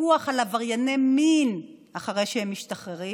הפיקוח על עברייני מין אחרי שהם משתחררים.